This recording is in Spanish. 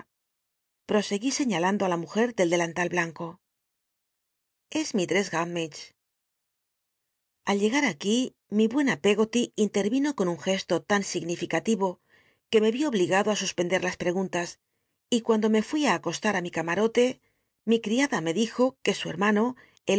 proseguí señalando ti la muje del delantal blanco ai llegar aquí mi buena pcggoly lnlcvlno con un gesto tan signiflcati o que me yí obligado ti suspender las preguntas y cuando me fui á acostar i mi camarote mi criada me dijo que su hemano